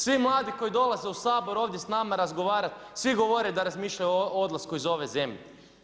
Svi mladi koji dolaze u Sabor ovdje s nama razgovarati svi govore da razmišljaju o odlasku iz ove zemlje.